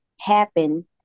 happen